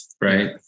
right